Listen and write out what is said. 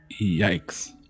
Yikes